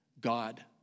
God